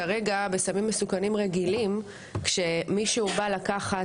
כרגע בסמים מסוכנים רגילים כשמישהו בא לקחת